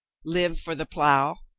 live for the plow.